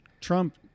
Trump